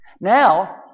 Now